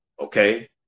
Okay